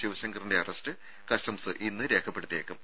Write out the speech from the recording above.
ശിവശങ്കറിന്റെ arrest customs ഇന്ന് രേഖപ്പെടുത്തിയേക്കും